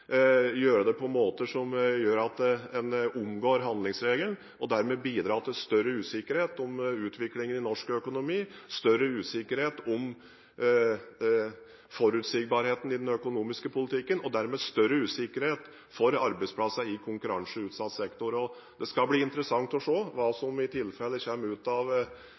gjøre det på måter som gjør at en omgår handlingsregelen og dermed bidrar til større usikkerhet om utviklingen i norsk økonomi, større usikkerhet om forutsigbarheten i den økonomiske politikken og dermed større usikkerhet for arbeidsplassene i konkurranseutsatt sektor. Det skal bli interessant å se hva som i tilfelle kommer ut av